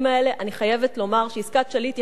אני חייבת לומר שעסקת שליט יכולה להיות